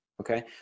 okay